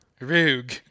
Rogue